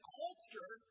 culture